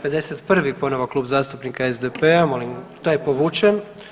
51. ponovo Klub zastupnika SDP-a molim, taj je povučen.